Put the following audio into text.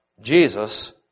Jesus